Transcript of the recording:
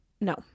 No